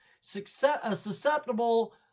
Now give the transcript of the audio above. susceptible